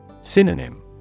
Synonym